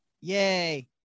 Yay